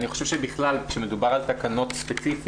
אני חושב שבכלל כאשר מדובר על תקנות ספציפיות,